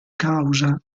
causa